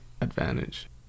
advantage